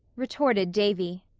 retorted davy.